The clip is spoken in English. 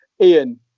Ian